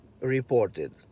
reported